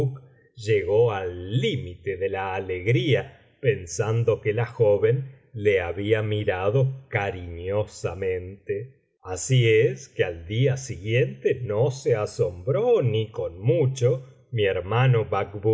llegó al límite de la alegría pensando que la joven le había mirado cariñosamente así es que al día siguiente no se asombró ni con mucho mi hermano